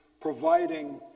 providing